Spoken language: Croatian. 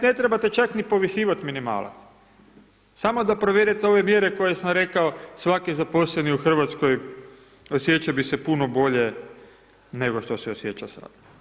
Ne trebate čak ni povisivati minimalac, samo da provedete ovo mjere koje sam rekao, svaki zaposleni u Hrvatskoj, osjećao bi se puno bolje nego što se osjeća sad.